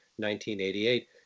1988